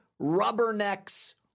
rubbernecks